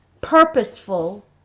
purposeful